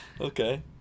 Okay